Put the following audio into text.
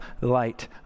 light